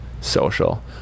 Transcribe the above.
social